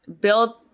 build